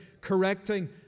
correcting